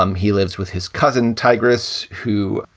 um he lives with his cousin, tigress, who,